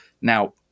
Now